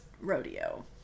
rodeo